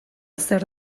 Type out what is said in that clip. zer